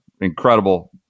incredible